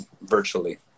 virtually